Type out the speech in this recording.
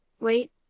wait